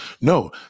No